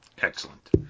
Excellent